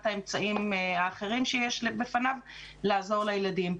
האמצעים האחרים שיש בפניו לעזור לילדים.